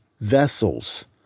vessels